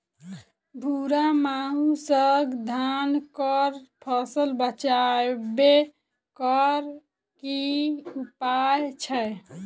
भूरा माहू सँ धान कऽ फसल बचाबै कऽ की उपाय छै?